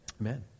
amen